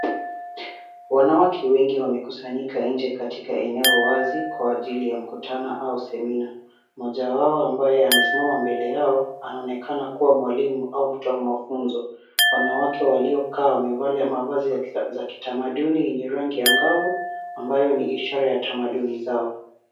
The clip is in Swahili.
Wanawake wengi wamekusanyika nje katika eneo wazi kwa ajili ya mkutano au semina. Mmoja wao ambaye amesimama mbele yao anaonekana kuwa mwalimu au mtoa mafunzo. Wanawake waliokaa wamevalia mavazi ya kitamaduni yenye rangi angavu ambayo ni ishara ya tamaduni zao.